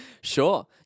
Sure